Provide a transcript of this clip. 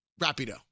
Rapido